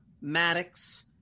Maddox